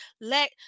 let